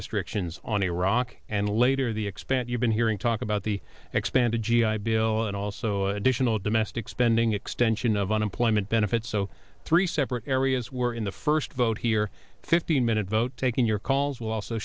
restrictions on iraq and later the expand you've been hearing talk about the expanded g i bill and also additional domestic spending extension of unemployment benefits so three separate areas where in the first vote here fifteen minute vote taking your calls we'll also